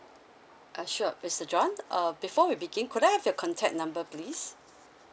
sure mister john uh before we begin could I have your contact number please